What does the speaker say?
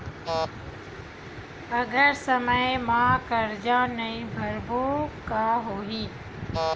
अगर समय मा कर्जा नहीं भरबों का होई?